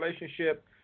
relationship